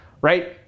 right